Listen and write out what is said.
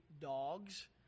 dogs